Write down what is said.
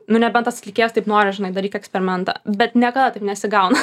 nu nebent tas atlikėjas taip nori žinai daryk eksperimentą bet niekada taip nesigauna